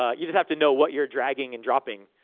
ah you just have to know what you're dragging and dropping,